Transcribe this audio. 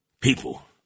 people